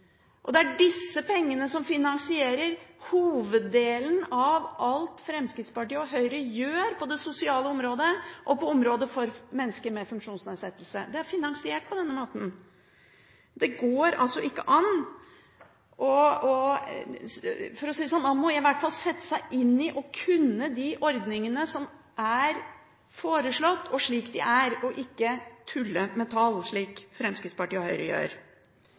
Det er disse pengene som finansierer hoveddelen av alt Fremskrittspartiet og Høyre gjør på det sosiale området og på området for mennesker med funksjonsnedsettelse. Det er finansiert på denne måten. Man må i hvert fall sette seg inn i og kunne de ordningene som er foreslått – og slik de er – og ikke tulle med tall, slik Fremskrittspartiet og Høyre gjør.